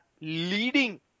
leading